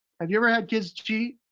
have you ever had kids cheat?